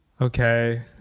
Okay